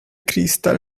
crystal